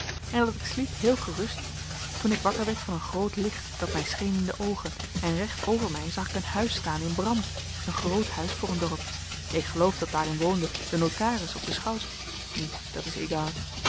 en dat ik sliep heel gerust toen ik wakker werd van een groot licht dat mij scheen in de oogen en recht over mij zag ik een huis staan in brand een groot huis voor een dorp ik geloof dat daarin woonde de notaris of de schout nu dat's égal